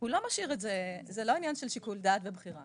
לא משאיר את זה כך וזה לא עניין של שיקול דעת ובחירה